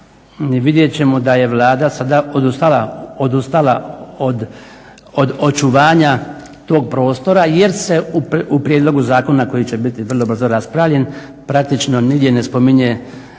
vidjet ćemo da je Vlada sada odustala od očuvanja tog prostora, jer se u prijedlogu zakona koji će biti vrlo brzo raspravljen praktično nigdje ne spominje